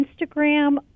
Instagram